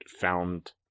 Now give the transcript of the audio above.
found